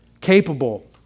capable